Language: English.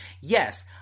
yes